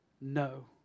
no